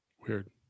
Weird